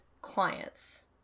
clients